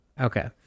okay